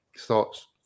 thoughts